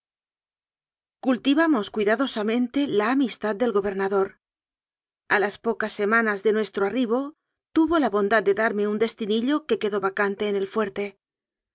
cultivamos cuidadosamente la amistad del go bernador a las pocas semanas de nuestro arribo tuvo la bondad de darme un destinillo que quedó vacante en el fuerte